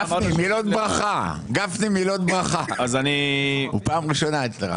מילות ברכה, הוא פעם ראשונה אצלך.